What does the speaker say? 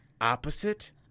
opposite